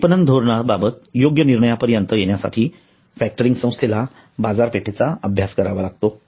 विपणन धोरणाबाबत योग्य निर्णयापर्यंत येण्यासाठी फॅक्टरिंग संस्थेला बाजारपेठेचा अभ्यास करावा लागतो